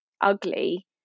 ugly